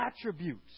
attributes